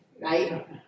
right